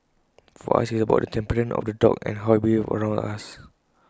for us IT is about the temperament of the dog and how IT behaves around us